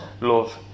love